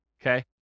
okay